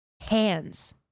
hands